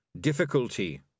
difficulty